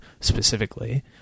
specifically